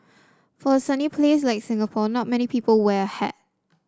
for a sunny place like Singapore not many people wear a hat